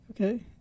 Okay